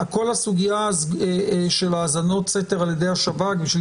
כל הסוגיה של האזנות סתר על-ידי השב"כ בשביל